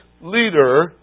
leader